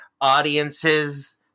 audiences